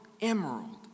emerald